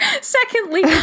Secondly